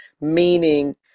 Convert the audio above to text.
Meaning